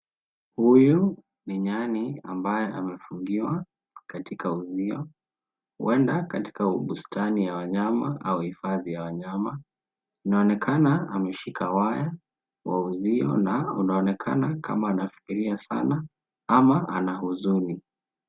Huyu ni nyani ambaye amefungiwa katika uzio uenda katika bustani ya wanyama au hifadhi ya wanyama. Inaonekana ameshika waya wa uzio na unaonekana kama anafikiria sana ama ana huzuni.